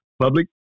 public